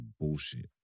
bullshit